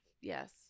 Yes